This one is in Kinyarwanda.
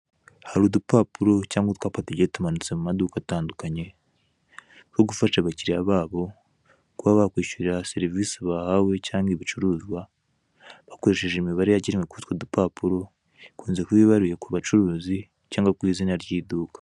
Hari udupapuro cyangwa utwapa tugiye tumanitse mu maduka atandukanye ho gufasha abakiriye babo kuba bakwishyurira serivise bahawe cyangwa ibicuruzwa bakoresheje imibare yagenwe kuri utwo dupapuro, ikunze kuba ibaruye ku bacuruzi cyangwa ku iduka.